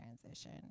transition